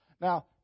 Now